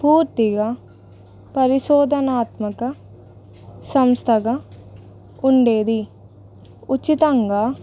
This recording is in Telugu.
పూర్తిగా పరిశోధనాత్మక సంస్థగా ఉండేది ఉచితంగా